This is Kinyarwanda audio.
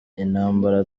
intambara